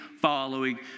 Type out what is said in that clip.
following